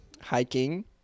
hiking